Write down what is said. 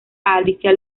alicia